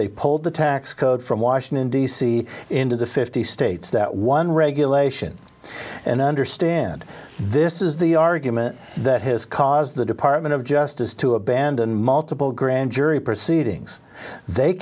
they pulled the tax code from washington d c into the fifty states that one regulation and i understand this is the argument that has caused the department of justice to abandon multiple grand jury proceedings they